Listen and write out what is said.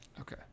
Okay